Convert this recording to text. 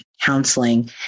Counseling